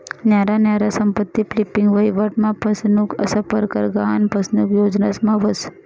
न्यारा न्यारा संपत्ती फ्लिपिंग, वहिवाट मा फसनुक असा परकार गहान फसनुक योजनास मा व्हस